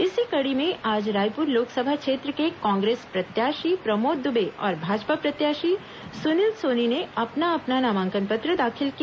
इसी कड़ी में आज रायपुर लोकसभा क्षेत्र के कांग्रेस प्रत्याशी प्रमोद दुबे और भाजपा प्रत्याशी सुनील सोनी ने अपना अपना नामांकन पत्र दाखिल किया